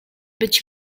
być